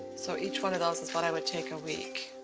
so each one of those is what i would take a week.